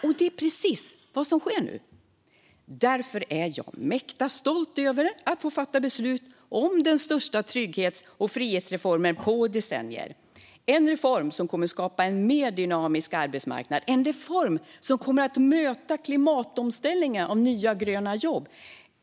Det är precis vad som sker nu. Därför är jag mäkta stolt över att få fatta beslut om den största trygghets och frihetsreformen på decennier. En reform som kommer att skapa en mer dynamisk arbetsmarknad. En reform som kommer att möta klimatomställningens behov av nya gröna jobb.